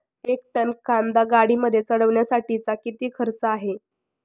एक टन कांदा गाडीमध्ये चढवण्यासाठीचा किती खर्च आहे?